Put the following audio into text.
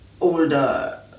older